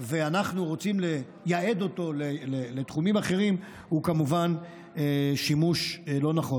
ואנחנו רוצים ליעד אותו לתחומים אחרים" הוא כמובן שימוש לא נכון.